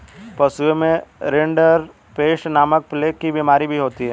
पशुओं में रिंडरपेस्ट नामक प्लेग की बिमारी भी होती है